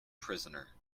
prisoner